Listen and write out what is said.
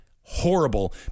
horrible